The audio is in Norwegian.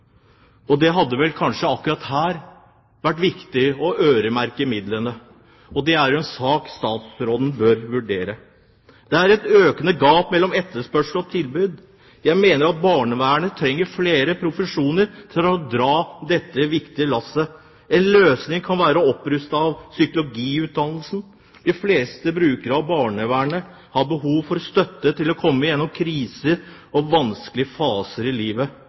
Det hadde vel kanskje akkurat her vært viktig å øremerke midlene. Det er en sak statsråden bør vurdere. Det er et økende gap mellom etterspørsel og tilbud. Jeg mener at barnevernet trenger flere profesjoner for å dra dette viktige lasset. En løsning kan være opprustning av psykologiutdannelsen. De fleste brukere av barnevernet har behov for støtte til å komme gjennom kriser og vanskelige faser i livet,